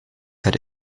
hat